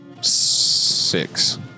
six